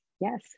Yes